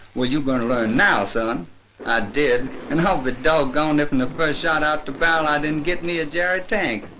well, you gonna learn now, son. i did, and i'll be doggone if and the first shot out the barrel i didn't get me a jerry tank.